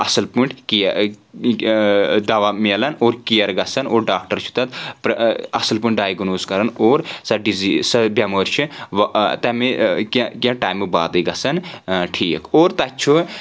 اَصٕل پٲٹھۍ کِیَر دوا مِلان اور کِیَر گژھان اور ڈاکٹر چھُ تَتھ اَصٕل پٲٹھۍ ڈایِگٕنُوز کران اور سۄ ڈیٖزز بؠمٲرۍ چھِ تمہِ کینٛہہ کینٛہہ ٹایِمہٕ بادٕے گژھان ٹھیٖک اور تَتھۍ چھُ